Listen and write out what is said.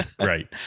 right